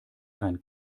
kein